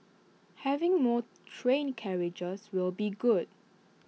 having more train carriages will be good